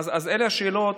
אז אלו השאלות,